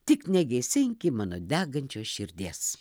tik negesinki mano degančios širdies